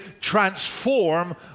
transform